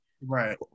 Right